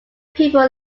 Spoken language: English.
people